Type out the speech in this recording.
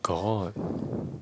got